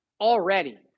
already